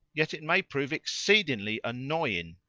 yet it may prove exceedingly annoying.